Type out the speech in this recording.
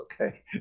okay